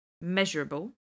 measurable